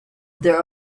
there